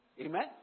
Amen